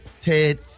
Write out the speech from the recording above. Ted